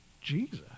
Jesus